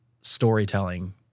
storytelling